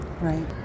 right